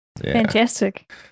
fantastic